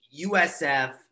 USF